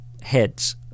heads